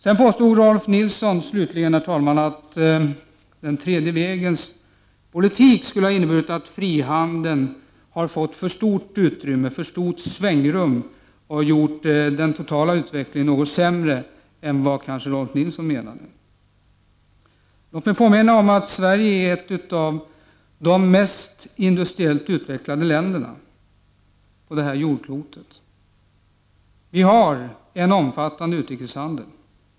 Sedan påstod Rolf Nilson, att den tredje vägens politik skulle ha inneburit att frihandeln har fått för stort svängrum och därmed gjort den totala utvecklingen något sämre än vad Rolf Nilson tänkte sig. Låt mig påminna om att Sverige är ett av de mest utvecklade länderna på jorden industriellt. Sverige har en omfattande utrikeshandel.